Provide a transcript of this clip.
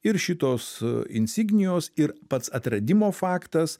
ir šitos insignijos ir pats atradimo faktas